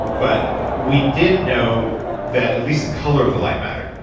but we did know that at least the color of the light mattered.